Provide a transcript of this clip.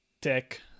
tech